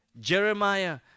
Jeremiah